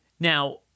Now